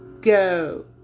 go